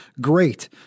great